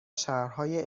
شهرهای